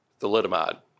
Thalidomide